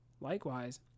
Likewise